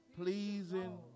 pleasing